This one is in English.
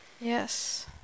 Yes